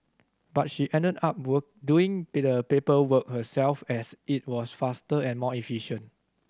but she ended up doing the paperwork herself as it was faster and more efficient